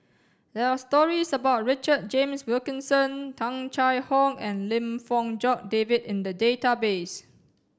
there are stories about Richard James Wilkinson Tung Chye Hong and Lim Fong Jock David in the database